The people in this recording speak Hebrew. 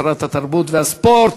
שרת התרבות והספורט,